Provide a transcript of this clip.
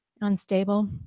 unstable